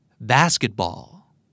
Basketball